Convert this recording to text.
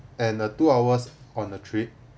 and a two hours on a trip